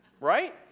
Right